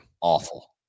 awful